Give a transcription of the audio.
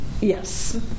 yes